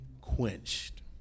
quenched